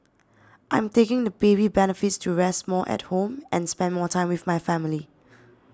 I'm taking the baby benefits to rest more at home and spend more time with my family